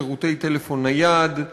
שירותי טלפון נייד,